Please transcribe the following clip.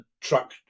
truck